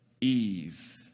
Eve